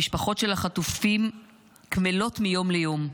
המשפחות של החטופים קמלות מיום ליום,